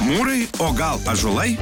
mūrai o gal ąžuolai